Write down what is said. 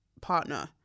partner